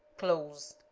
close,